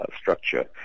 structure